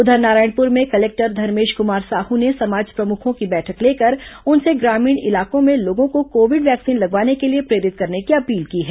उधर नारायणपुर में कलेक्टर धर्मेश कुमार साहू ने समाज प्रमुखों की बैठक लेकर उनसे ग्रामीण इलाकों में लोगों को कोविड वैक्सीन लगवाने के लिए प्रेरित करने की अपील की है